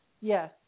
yes